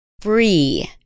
free